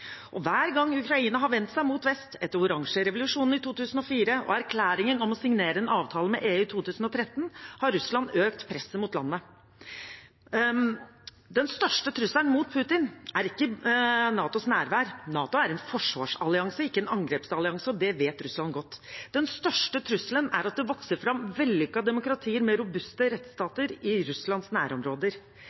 Hver gang Ukraina har vendt seg mot vest – etter oransjerevolusjonen i 2004 og erklæringen om å signere en avtale med EU i 2013 – har Russland økt presset mot landet. Den største trusselen mot Putin er ikke NATOs nærvær. NATO er en forsvarsallianse, ikke en angrepsallianse, og det vet Russland godt. Den største trusselen er at det vokser fram vellykkede demokratier, med robuste rettsstater i Russlands nærområder.